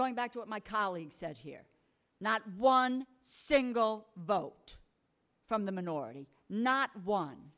going back to what my colleagues said here not one single vote from the minority not one